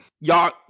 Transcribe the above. y'all